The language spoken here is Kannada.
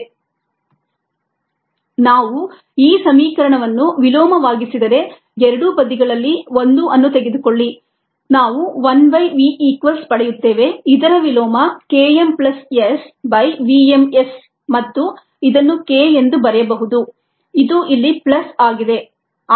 v vm SKmS ನಾವು ಈ ಸಮೀಕರಣವನ್ನು ವಿಲೋಮವಾಗಿಸಿದರೆ ಎರಡೂ ಬದಿಗಳಲ್ಲಿ 1 ಅನ್ನು ತೆಗೆದುಕೊಳ್ಳಿ ನಾವು 1 by v equals ಪಡೆಯುತ್ತೇವೆ ಇದರ ವಿಲೋಮ Km plus S by v m S ಮತ್ತು ಇದನ್ನು K ಎಂದು ಬರೆಯಬಹುದು ಇದು ಇಲ್ಲಿ ಪ್ಲಸ್ ಆಗಿದೆ